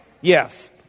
Yes